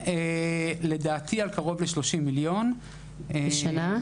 לדעתי קרוב ל-30 מיליון בשנה.